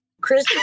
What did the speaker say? Chris